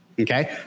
okay